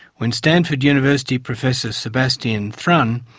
when stanford university professor, sebastian thrun,